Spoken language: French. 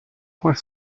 point